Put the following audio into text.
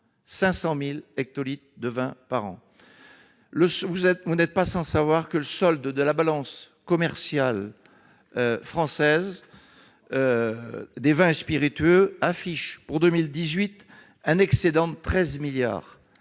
500 000 hectolitres de vin par an. Vous n'êtes pas sans savoir que le solde de la balance commerciale française des vins et spiritueux affiche pour 2018 un excédent de 13 milliards